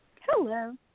Hello